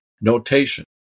notation